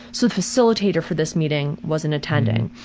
so the facilitator for this meeting wasn't attending.